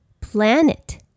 Planet